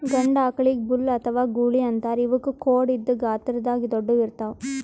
ಗಂಡ ಆಕಳಿಗ್ ಬುಲ್ ಅಥವಾ ಗೂಳಿ ಅಂತಾರ್ ಇವಕ್ಕ್ ಖೋಡ್ ಇದ್ದ್ ಗಾತ್ರದಾಗ್ ದೊಡ್ಡುವ್ ಇರ್ತವ್